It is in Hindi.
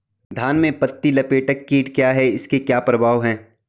धान में पत्ती लपेटक कीट क्या है इसके क्या प्रभाव हैं?